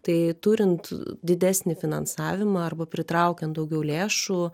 tai turint didesnį finansavimą arba pritraukiant daugiau lėšų